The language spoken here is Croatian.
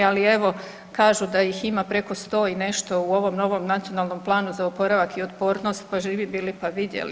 Ali evo kažu da ih ima preko 100 i nešto u ovom novom Nacionalnom planu za oporavak i otpornost, pa živi bili pa vidjeli.